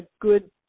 good